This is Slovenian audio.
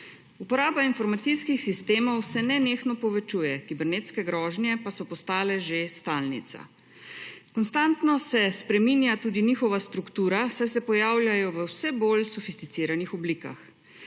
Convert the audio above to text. Uporaba informacijskih sistemov se nenehno povečuje, kibernetske grožnje pa so postale že stalnica. Konstantno se spreminja tudi njihova struktura, saj se pojavljajo v vse bolj sofisticiranih oblikah.